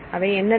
அவை என்னென்ன